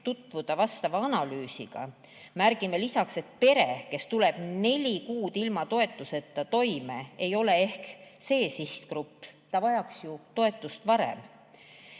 tutvuda vastava analüüsiga? Märgime lisaks, et pere, kes tuleb neli kuud ilma toetuseta toime, ei ole ehk see sihtgrupp. Ta vajaks ju toetust varem.